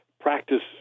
practice